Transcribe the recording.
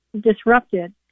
disrupted